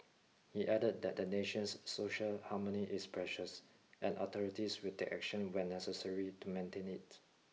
he added that the nation's social harmony is precious and authorities will take action when necessary to maintain it